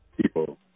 people